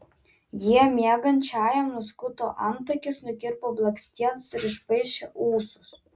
jie miegančiajam nuskuto antakius nukirpo blakstienas ir išpaišė ūsus